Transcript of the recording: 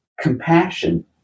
compassion